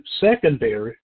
secondary